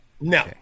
No